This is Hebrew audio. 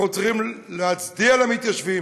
אנחנו צריכים להצדיע למתיישבים